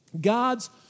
God's